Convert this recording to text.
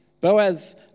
Boaz